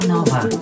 Nova